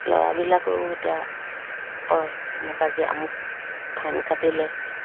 ল'ৰাবিলাকেও এতিয়া কয় মোক আজি আমুক ফাইন কাটিলে